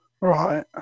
Right